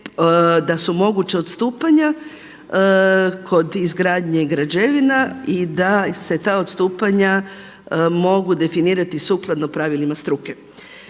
da su moguća odstupanja kod izgradnje građevina i da se ta odstupanja mogu definirati sukladno pravilima struke.